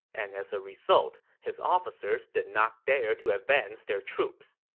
and as a result, his officers did not dare to advance their troops.